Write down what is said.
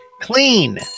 Clean